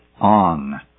on